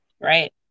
Right